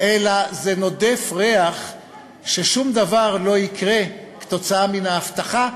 אלא זה נודף ריח ששום דבר לא יקרה כתוצאה מן ההבטחה,